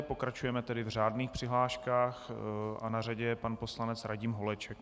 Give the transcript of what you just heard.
Pokračujeme tedy v řádných přihláškách a na řadě je pan poslanec Radim Holeček.